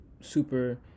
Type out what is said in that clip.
super